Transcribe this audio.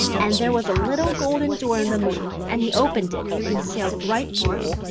and there was a little golden door in the moon and he opened it and sailed right through.